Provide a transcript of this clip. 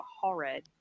Horrid